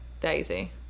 Daisy